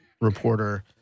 reporter